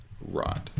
Right